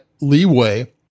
leeway